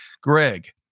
Greg